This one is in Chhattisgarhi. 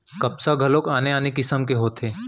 कपसा घलोक आने आने किसिम के होथे